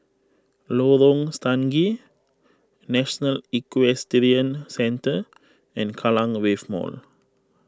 Lorong Stangee National Equestrian Centre and Kallang Wave Mall